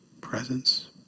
presence